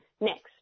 next